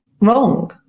wrong